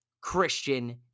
Christian